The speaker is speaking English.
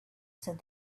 said